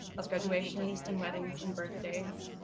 of graduations and weddings and birthdays,